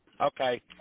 Okay